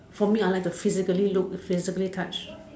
for me I like to physically look physically touch